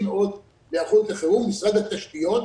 מאוד בהיערכות לחירום משרד התשתיות.